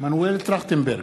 מנואל טרכטנברג,